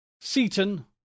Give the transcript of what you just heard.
Seaton